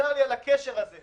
וצער לי על הכשל הזה.